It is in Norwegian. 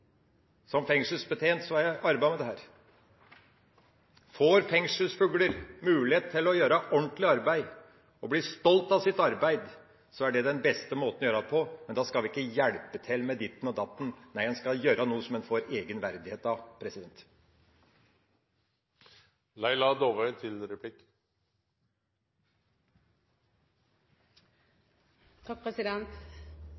som fengselsbetjent har jeg arbeidet med dette her. Får fengselsfugler mulighet til å gjøre ordentlig arbeid og bli stolt av det, er det den beste måten å gjøre det på, men da skal en ikke hjelpe til med ditten og datten. Nei, en skal gjøre noe som en får egen verdighet av.